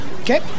Okay